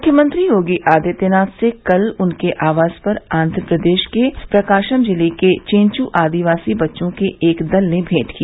मुख्यमंत्री योगी आदित्यनाथ से कल उनके आवास पर आन्ध्र प्रदेश के प्रकाशम जिले के चेंचू आदिवासी बच्चों के एक दल ने मेंट की